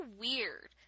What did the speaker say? weird